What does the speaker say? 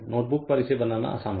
notebook पर इसे बनाना आसान होगा